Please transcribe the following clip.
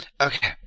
Okay